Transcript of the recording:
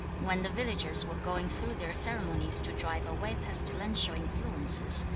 when the villagers were going through their ceremonies to drive away pestilential influences,